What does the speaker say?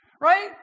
right